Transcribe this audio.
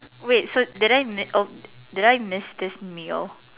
wait so did I miss did I miss this meal